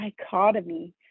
dichotomy